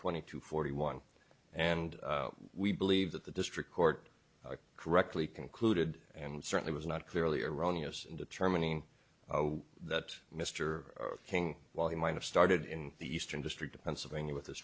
twenty two forty one and we believe that the district court correctly concluded and certainly was not clearly erroneous in determining that mr king while he might have started in the eastern district of pennsylvania with